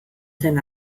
zen